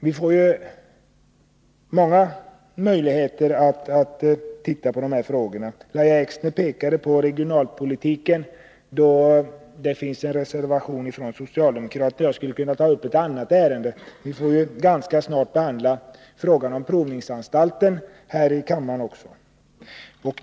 Vi får många möjligheter att diskutera dessa frågor. Lahja Exner pekade på en socialdemokratisk reservation i betänkandet om regionalpolitiken. Jag skulle kunna ta upp ett annat ärende. Vi skall snart också behandla frågan om statens provningsanstalt.